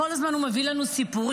כל הזמן הוא מביא לנו סיפורים,